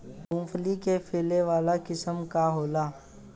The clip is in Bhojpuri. मूँगफली के फैले वाला किस्म का होला?